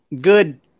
good